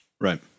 Right